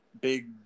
big